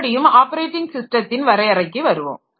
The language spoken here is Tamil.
மறுபடியும் ஆப்பரேட்டிங் ஸிஸ்டத்தின் வரையறைக்கு வருவோம்